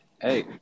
Hey